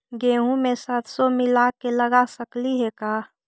गेहूं मे सरसों मिला के लगा सकली हे का?